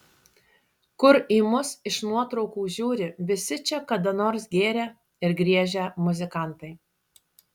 kur į mus iš nuotraukų žiūri visi čia kada nors gėrę ir griežę muzikantai